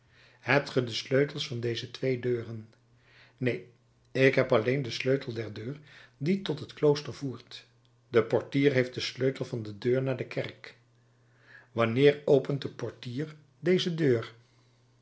hebt ge de sleutels van deze twee deuren neen ik heb alleen den sleutel der deur die tot het klooster voert de portier heeft den sleutel van de deur naar de kerk wanneer opent de portier deze deur